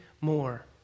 more